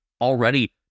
already